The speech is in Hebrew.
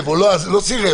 לא עזב